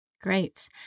Great